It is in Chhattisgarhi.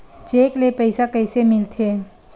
चेक ले पईसा कइसे मिलथे?